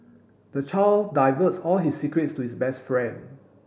the child divulged all his secrets to his best friend